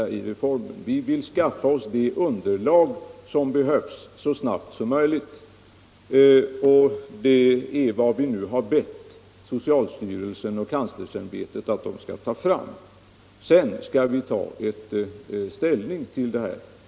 Vi vill så snabbt som möjligt skaffa oss det underlag som behövs. Det är vad vi nu har bett socialstyrelsen och kanslersämbetet att ta fram. Sedan skall vi ta ställning till det.